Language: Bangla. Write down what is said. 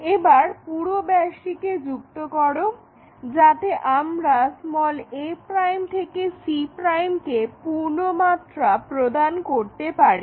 এবার পুরো ব্যাসটিকে যুক্ত করো যাতে আমরা a' থেকে c' কে পূর্ণমাত্রা প্রদান করতে পারি